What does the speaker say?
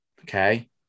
Okay